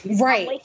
Right